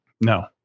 No